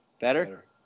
Better